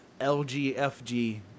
LGFG